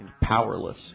powerless